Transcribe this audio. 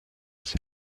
les